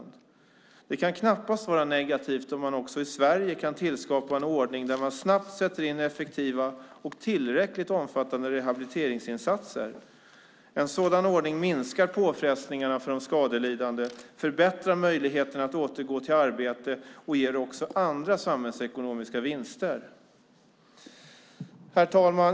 Det kan knappast vara negativt om man också i Sverige kan skapa en ordning innebärande att man snabbt sätter in effektiva och tillräckligt omfattande rehabiliteringsinsatser. En sådan ordning minskar påfrestningarna för de skadelidande, förbättrar möjligheterna att återgå till arbete och ger också andra samhällsekonomiska vinster. Herr talman!